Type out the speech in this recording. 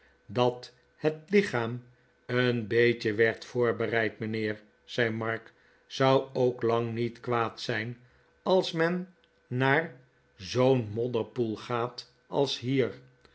dat het lichaam een beetje werd voorbereid mijnheer zei mark zou ook lang niet kwaad zijn als men naar zoo'n modderpoel gaat als hier